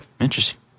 interesting